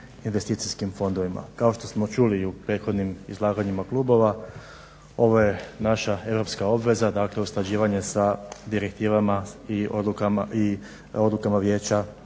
investicijskim fondovima. Kao što smo čuli u prethodnim izlaganjima klubova ovo je naša europska obveza dakle usklađivanje sa direktivama i odlukama Vijeća